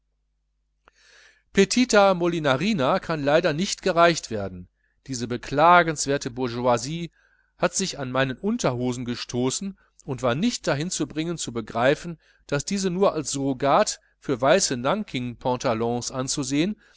petita molinarina kann leider nicht gereicht werden diese beklagenswerte bourgeoise hat sich an meinen unterhosen gestoßen und war nicht dahin zu bringen zu begreifen daß diese nur als surrogat für weiße nangkingpantalons anzusehen